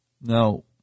Now